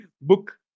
Book